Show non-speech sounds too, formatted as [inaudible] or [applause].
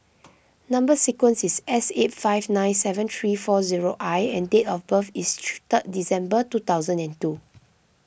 Number Sequence is S eight five nine seven three four zero I and date of birth is [unintelligible] third December two thousand and two